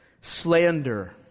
Slander